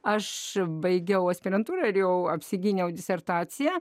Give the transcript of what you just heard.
aš baigiau aspirantūrą ir jau apsigyniau disertaciją